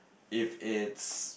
if it's